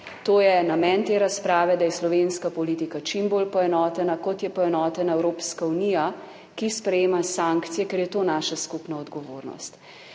To je namen te razprave, da je slovenska politika čim bolj poenotena, kot je poenotena Evropska unija, ki sprejema sankcije, ker je to naša skupna odgovornost.